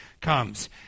comes